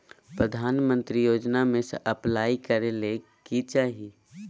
प्रधानमंत्री योजना में अप्लाई करें ले की चाही?